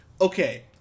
okay